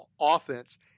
offense